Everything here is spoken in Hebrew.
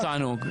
חייבים אותנו.